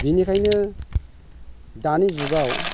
बिनिखायनो दानि जुगाव